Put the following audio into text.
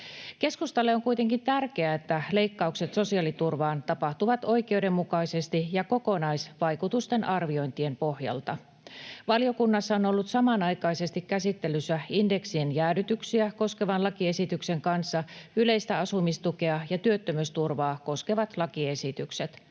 Keskustalle on kuitenkin tärkeää, että leikkaukset sosiaaliturvaan tapahtuvat oikeudenmukaisesti ja kokonaisvaikutusten arviointien pohjalta. Valiokunnassa on ollut samanaikaisesti käsittelyssä indeksien jäädytyksiä koskevan lakiesityksen kanssa yleistä asumistukea ja työttömyysturvaa koskevat lakiesitykset.